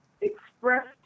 express